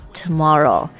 tomorrow